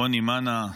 רוני מאנה.